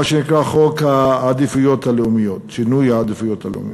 מה שנקרא חוק לשינוי סדרי עדיפויות לאומיים,